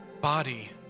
body